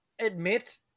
admit